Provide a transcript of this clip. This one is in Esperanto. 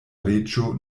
reĝo